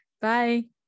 bye